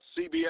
CBS